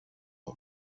hat